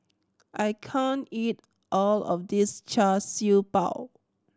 I can't eat all of this Char Siew Bao